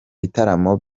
bitaramo